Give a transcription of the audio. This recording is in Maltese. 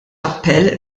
appell